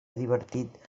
divertit